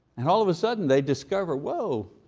and all of a sudden they discover, whoa,